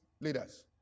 leaders